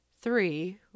Three